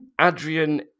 Adrian